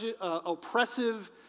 oppressive